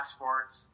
Sports